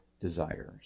desires